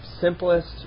simplest